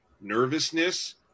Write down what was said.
nervousness